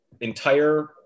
Entire